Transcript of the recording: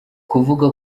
kuvuga